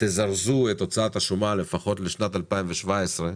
שתזרזו את הוצאת השומה לשנים 2016,